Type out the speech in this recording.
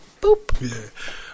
Boop